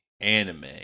Anime